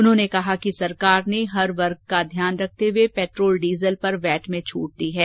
उन्होंने कहा कि सरकार ने हर वर्ग का ध्यान रखते हुए पेट्रोल डीजल पर वैट में छूट दी है